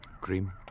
Cream